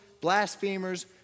blasphemers